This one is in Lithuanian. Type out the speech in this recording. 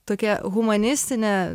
tokia humanistinė